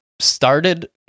started